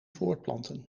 voortplanten